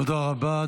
תודה רבה.